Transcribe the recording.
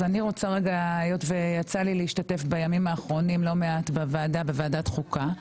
היות ויצא לי להשתתף בימים האחרונים לא מעט בוועדת החוקה,